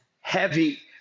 heavy